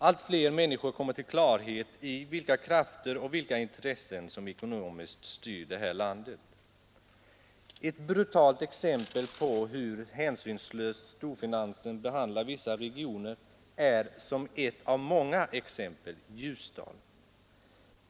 Allt fler människor kommer till klarhet om vilka krafter och vilka intressen som ekonomiskt styr det här landet. Ett brutalt exempel av många på hur hänsynslöst storfinansen behandlar vissa regioner är Ljusdal.